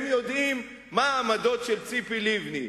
הם יודעים מה העמדות של ציפי לבני.